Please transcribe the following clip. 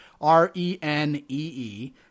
R-E-N-E-E